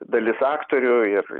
dalis aktorių ir